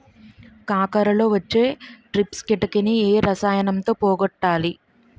కాకరలో వచ్చే ట్రిప్స్ కిటకని ఏ రసాయనంతో పోగొట్టాలి?